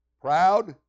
proud